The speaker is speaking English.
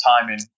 timing